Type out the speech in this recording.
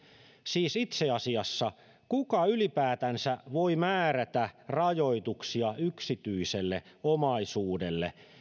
siis itse asiassa kuka ylipäätänsä voi määrätä rajoituksia yksityiselle omaisuudelle